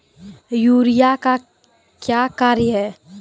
Urea का क्या कार्य हैं?